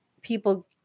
people